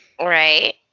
Right